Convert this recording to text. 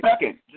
second